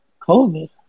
COVID